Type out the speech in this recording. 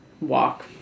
walk